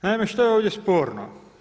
Naime, što je ovdje sporno.